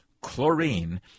chlorine